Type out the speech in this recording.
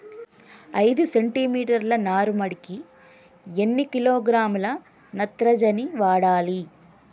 ఐదు సెంటిమీటర్ల నారుమడికి ఎన్ని కిలోగ్రాముల నత్రజని వాడాలి?